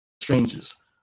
strangers